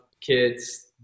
kids